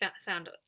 sound